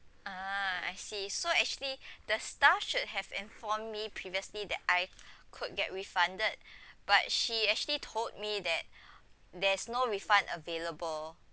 ah I see so actually the staff should have informed me previously that I could get refunded but she actually told me that there is no refund available